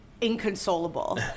Inconsolable